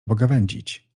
pogawędzić